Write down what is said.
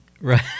Right